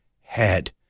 head